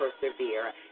persevere